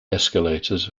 escalators